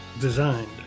designed